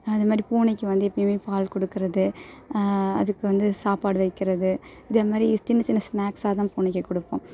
அந்தமாதிரி பூனைக்கு வந்து எப்பயுமே பால் கொடுக்குறது அதுக்கு வந்து சாப்பாடு வைக்குறது இதேமாதிரி சின்ன சின்ன ஸ்நாக்ஸாக தான் பூனைக்கு கொடுப்போம்